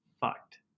fucked